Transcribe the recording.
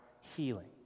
healing